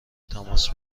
تماس